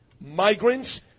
migrants –